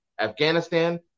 Afghanistan